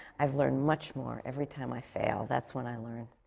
i've learned much more every time i fail, that's when i learn.